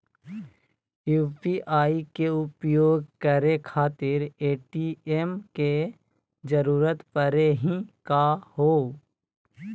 UPI के उपयोग करे खातीर ए.टी.एम के जरुरत परेही का हो?